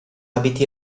abiti